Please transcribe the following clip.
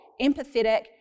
empathetic